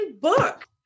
book